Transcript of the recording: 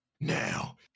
Now